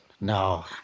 No